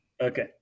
Okay